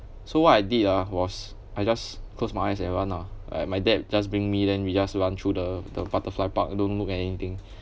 so what I did ah was I just closed my eyes and run lah alright my dad just bring me then we just run through the the butterfly park don't look at anything